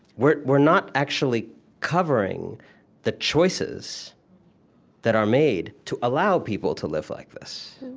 we're we're not actually covering the choices that are made to allow people to live like this